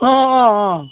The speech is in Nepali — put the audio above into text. अँ अँ अँ